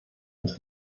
pues